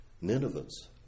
Nineveh's